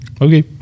Okay